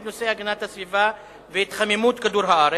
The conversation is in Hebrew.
נושא הגנת הסביבה והתחממות כדור-הארץ.